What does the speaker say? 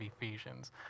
Ephesians